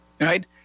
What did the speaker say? Right